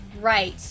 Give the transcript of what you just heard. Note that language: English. Right